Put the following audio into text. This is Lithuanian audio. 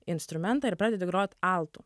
instrumentą ir pradedi grot altu